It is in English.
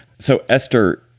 so, esther,